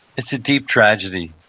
it's a deep tragedy,